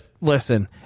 listen